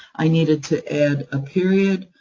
i needed to add a period,